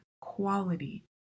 quality